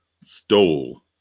stole